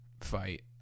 fight